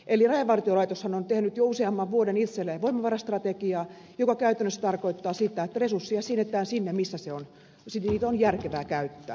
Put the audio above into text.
eli rajavartiolaitoshan on tehnyt jo useamman vuoden itselleen voimavarastrategiaa joka käytännössä tarkoittaa sitä että resursseja siirretään sinne missä niitä on järkevää käyttää